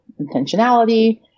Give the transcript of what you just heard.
intentionality